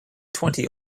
twenty